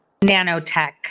nanotech